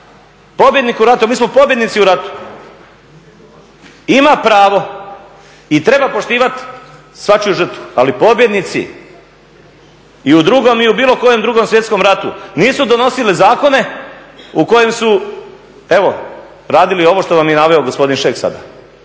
pobjednik u ratu, mi smo pobjednici u ratu, ima pravo i treba poštivati svačiju žrtvu, ali pobjednici i u Drugom i u bilo kojem drugom Svjetskom ratu, nisu donosili zakone u kojem su evo radili ovo što vam je naveo gospodin Šeks sada